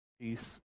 peace